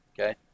okay